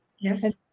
Yes